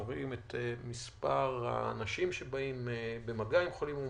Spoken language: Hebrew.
אנחנו רואים את מספר האנשים שבאים במגעים עם חולים מאומתים,